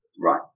Right